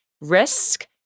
risk